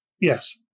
Yes